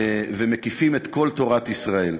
ומקיפים את כל תורת ישראל.